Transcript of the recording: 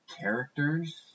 characters